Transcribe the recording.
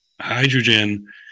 hydrogen